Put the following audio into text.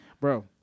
Bro